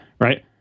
right